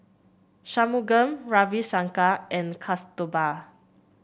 Shunmugam Ravi Shankar and Kasturba